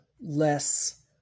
less